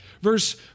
Verse